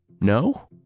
No